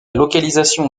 localisation